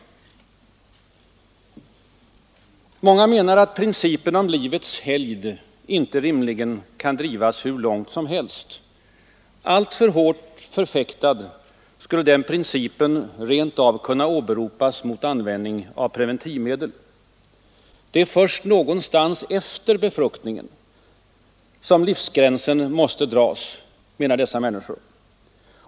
Många menar att principen om livets helgd inte rimligen kan drivas hur långt som helst. Alltför hårt förfäktad skulle den principen rent av kunna åberopas mot användning av preventivmedel. Det är först någonstans efter befruktningen som livsgränsen måste dras — menar dessa människor.